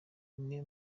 umwe